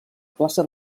plaça